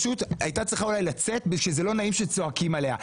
הייתה צריכה אולי לצאת וזה לא נעים כשצועקים עליה.